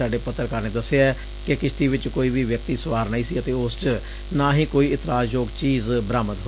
ਸਾਡੇ ਪੱਤਰਕਾਰ ਨੇ ਦਸਿਐਂ ਕਿ ਕਿਸ਼ਤੀ ਵਿਚ ਕੋਈ ਵੀ ਵਿਅਕਤੀ ਸਵਾਰ ਨਹੀਂ ਸੀ ਅਤੇ ਉਸ ਚ ਨਾ ਹੀ ਕੋਈ ਇਤਰਾਜ ਯੋਗ ਚੀਜ਼ ਬਰਾਮਦ ਹੋਈ